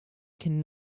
can